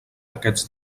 aquests